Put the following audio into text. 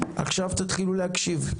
עכשיו תתחילו להקשיב,